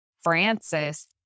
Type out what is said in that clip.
Francis